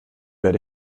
werde